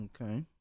Okay